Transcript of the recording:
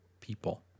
people